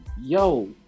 yo